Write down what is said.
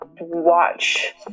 Watch